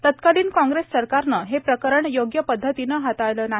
तत्कालीन काँग्रेस सरकारनं हे प्रकरण योग्य पद्धतीनं हाताळलं नाही